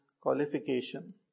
qualification